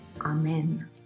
amen